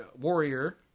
warrior